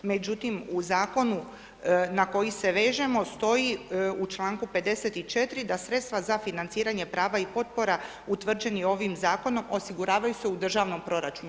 Međutim, u zakonu na koji se vežemo, stoji u čl. 54. da sredstva za financiranje prava i potpora, utvrđenih ovim zakonom, osiguravaju se u državnom proračunu.